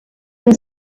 been